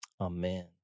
Amen